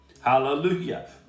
Hallelujah